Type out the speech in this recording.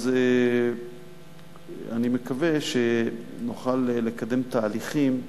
אז אני מקווה שנוכל לקדם תהליכים שיאפשרו,